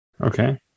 Okay